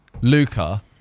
Luca